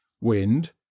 wind